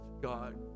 God